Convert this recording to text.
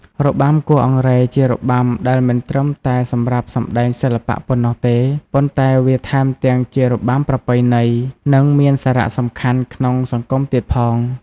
របាំគោះអង្រែជារបាំដែលមិនត្រឹមតែសម្រាប់សំដែងសិល្បៈប៉ុណ្ណោះទេ ប៉ុន្តែវាថែមទាំងជារបាំប្រពៃណី និងមានសារៈសំខាន់ក្នុងសង្គមទៀតផង។